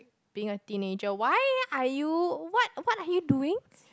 being a teenager why are you what what are you doing